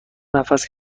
نفس